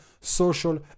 social